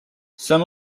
some